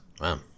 Wow